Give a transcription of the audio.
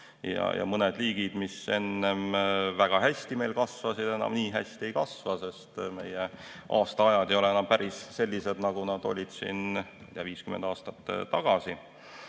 ja mõned liigid, mis enne meil väga hästi kasvasid, enam nii hästi ei kasva, sest meie aastaajad ei ole enam päris sellised, nagu nad olid 50 aastat tagasi.